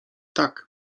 tak